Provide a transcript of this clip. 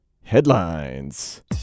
headlines